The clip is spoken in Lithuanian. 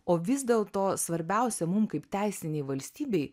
o vis dėl to svarbiausia mum kaip teisinei valstybei